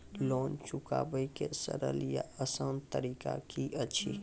Loan चुकाबै के सरल या आसान तरीका की अछि?